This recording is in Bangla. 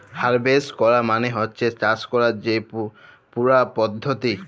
হারভেস্ট ক্যরা মালে হছে চাষ ক্যরার যে পুরা পদ্ধতি